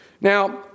Now